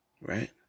Right